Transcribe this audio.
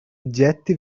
oggetti